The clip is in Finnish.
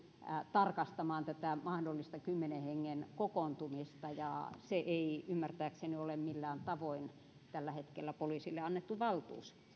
tarkastamaan tätä mahdollista kymmenen hengen kokoontumista ja se ei ymmärtääkseni ole millään tavoin tällä hetkellä poliisille annettu valtuus